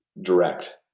direct